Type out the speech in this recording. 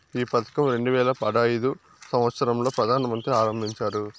ఈ పథకం రెండు వేల పడైదు సంవచ్చరం లో ప్రధాన మంత్రి ఆరంభించారు